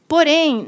Porém